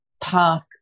path